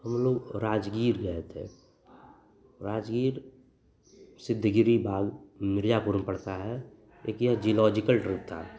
हमलोग राजगीर गए थे राजगीर सिद्धगिरी भाग मिर्ज़ापुर में पड़ता है एक यह जियोलॉजिकल ट्रिप था